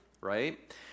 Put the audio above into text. right